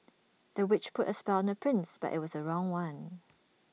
the witch put A spell on the prince but IT was the wrong one